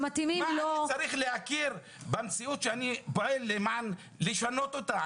שמתאימים לו --- אני צריך להכיר במציאות שאני פועל לשנות אותה?